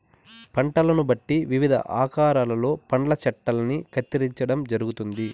పంటలను బట్టి వివిధ ఆకారాలలో పండ్ల చెట్టల్ని కత్తిరించడం జరుగుతుంది